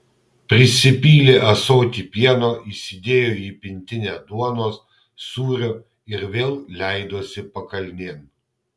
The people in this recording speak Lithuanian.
prisipylė ąsotį pieno įsidėjo į pintinę duonos sūrio ir vėl leidosi pakalnėn